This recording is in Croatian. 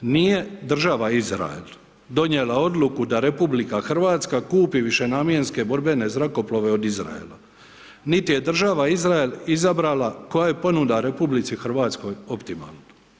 Nije država Izrael donijela odluku da RH kupi višenamjenske borbene zrakoplove od Izraela, nit je država Izrael izabrala koja je ponuda RH optimalna.